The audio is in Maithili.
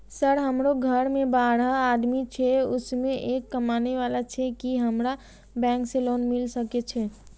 सर हमरो घर में बारह आदमी छे उसमें एक कमाने वाला छे की हमरा बैंक से लोन मिल सके छे?